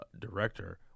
director